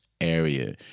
area